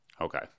Okay